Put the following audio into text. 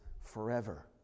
forever